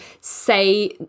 say